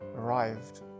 arrived